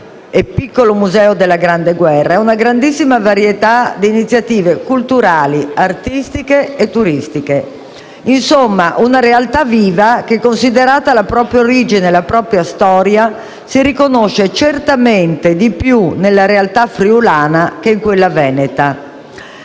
e Piccolo Museo della grande guerra) e una grandissima varietà di iniziative culturali, artistiche e turistiche. Insomma, una realtà viva che, considerata la propria origine e la propria storia, si riconosce certamente di più nella realtà friulana che in quella veneta.